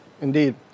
indeed